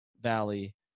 Valley